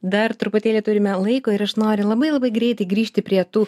dar truputėlį turime laiko ir aš noriu labai labai greitai grįžti prie tų